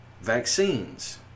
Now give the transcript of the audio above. vaccines